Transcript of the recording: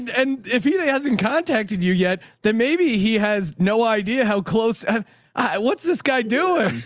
and and if he hasn't contacted you yet, then maybe he has no idea how close am i? what's this guy doing?